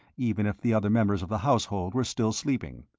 even if the other members of the household were still sleeping,